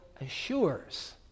assures